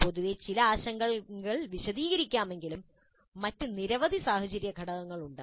പൊതുവായ ചില ആശങ്കകൾ വിശദീകരിക്കാമെങ്കിലും മറ്റ് നിരവധി സാഹചര്യഘടകങ്ങളുണ്ട്